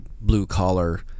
blue-collar